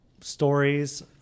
stories